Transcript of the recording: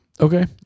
Okay